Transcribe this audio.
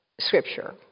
scripture